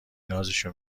نازشو